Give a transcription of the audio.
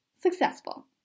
Successful